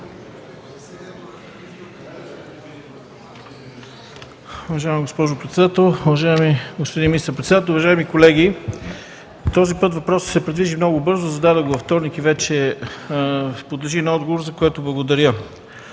Уважаема госпожо председател, уважаеми господин министър-председател, уважаеми колеги! Този път въпросът се придвижи много бързо – зададох го във вторник и вече подлежи на отговор, за което благодаря.